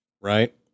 Right